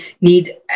need